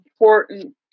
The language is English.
important